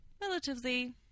relatively